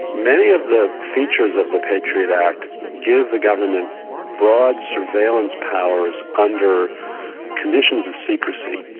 many of the features of the patriot act give the government broad surveillance powers under conditions of secrecy,